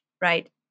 right